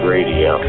Radio